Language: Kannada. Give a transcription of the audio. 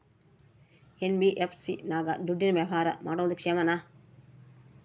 ಎನ್.ಬಿ.ಎಫ್.ಸಿ ನಾಗ ದುಡ್ಡಿನ ವ್ಯವಹಾರ ಮಾಡೋದು ಕ್ಷೇಮಾನ?